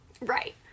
Right